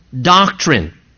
doctrine